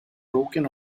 broken